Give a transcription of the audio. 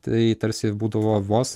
tai tarsi būdavo vos